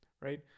right